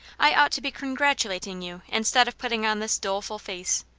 i ought to be congratulating you instead of putting on this doleful face.